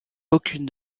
aucune